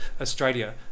Australia